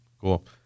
cool